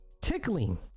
tickling